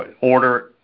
order